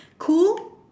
cool